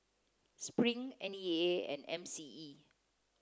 Spring N E A and M C E